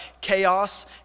chaos